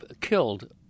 killed